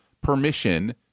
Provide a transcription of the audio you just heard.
permission